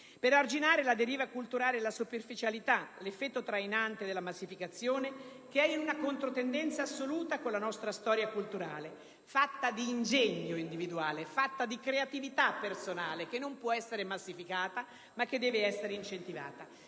ad arginare la deriva culturale, la superficialità, l'effetto trainante della massificazione, che è in una controtendenza assoluta con la nostra storia culturale, fatta di ingegno individuale e di creatività personale, che non può essere massificata, ma deve essere incentivata.